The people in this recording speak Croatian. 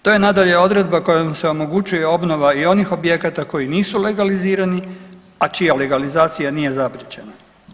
To je nadalje, odredba kojom se omogućuje obnova i onih objekata koji nisu legalizirani, a čija legalizacija nije zapriječena.